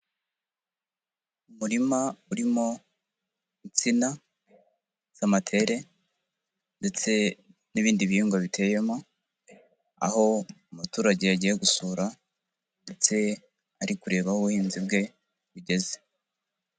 Umurima urimo insina z'amatere ndetse n'ibindi bihingwa biteyemo, aho umuturage yagiye gusura ndetse ari kureba aho ubuhinzi bwe bugeze.